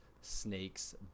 snakes